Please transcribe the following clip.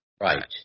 Right